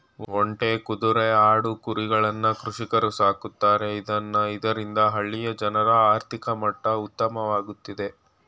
ಒಂಟೆ, ಕುದ್ರೆ, ಆಡು, ಕುರಿಗಳನ್ನ ಕೃಷಿಕರು ಸಾಕ್ತರೆ ಇದ್ನ ಇದರಿಂದ ಹಳ್ಳಿಯ ಜನರ ಆರ್ಥಿಕ ಮಟ್ಟ ಉತ್ತಮವಾಗ್ತಿದೆ